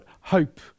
Hope